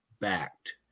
backed